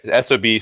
SOB